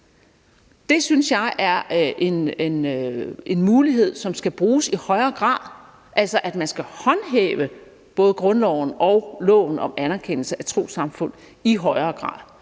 Det synes jeg er en mulighed, som skal bruges i højere grad – altså at man skal håndhæve både grundloven og loven om anerkendelse af trossamfund i højere grad.